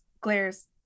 glares